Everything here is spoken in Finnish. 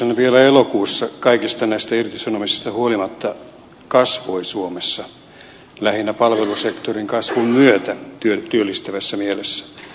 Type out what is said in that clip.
kokonaistyöllisyyshän vielä elokuussa kaikista näistä irtisanomisista huolimatta kasvoi suomessa lähinnä palvelusektorin kasvun myötä työllistävässä mielessä